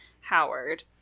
Howard